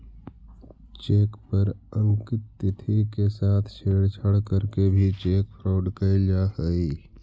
cheque पर अंकित तिथि के साथ छेड़छाड़ करके भी चेक फ्रॉड कैल जा हइ